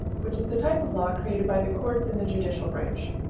which is the type of law created by the courts in the judicial branch.